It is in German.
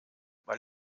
weil